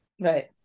Right